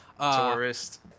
tourist